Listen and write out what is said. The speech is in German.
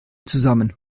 zusammen